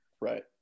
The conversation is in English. Right